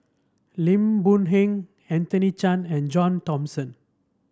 Lim Boon Heng Anthony Chen and John Thomson